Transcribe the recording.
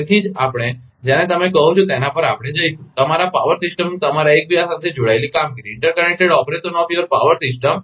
તેથી જ આપણે જેને તમે કહો છો તેના પર આપણે જઇશું તમારા પાવર સિસ્ટમનું તમારું એકબીજા સાથે જોડાયેલ કામગીરી interconnected operation of your power system